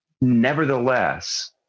Nevertheless